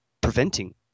preventing